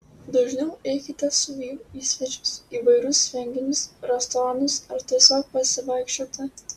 dažniau eikite su vyru į svečius įvairius renginius restoranus ar tiesiog pasivaikščioti